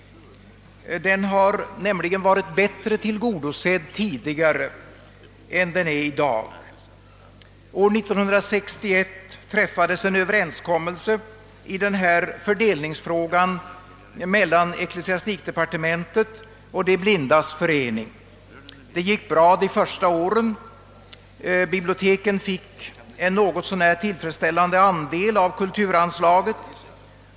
Denna verksamhet har nämligen varit bättre tillgodosedd tidigare än den är i dag. År 1961 träffades en överenskommelse i denna fördelningsfråga mellan ecklesiastikdepartementet och De blindas förening. Det gick bra de första åren; biblioteken fick en något så när tillfredsställande andel av kulturanslaget.